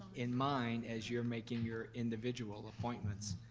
in mind as you're making your individual appointments.